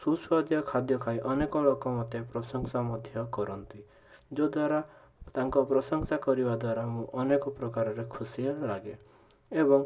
ସୁ ସୁଆଦିଆ ଖାଦ୍ୟ ଖାଇ ଅନେକ ଲୋକ ମୋତେ ପ୍ରଶଂସା ମଧ୍ୟ କରନ୍ତି ଯାହାଦ୍ଵାରା ତାଙ୍କ ପ୍ରଶଂସା କରିବା ଦ୍ୱାରା ମୁଁ ଅନେକ ପ୍ରକାରର ଖୁସି ଲାଗେ ଏବଂ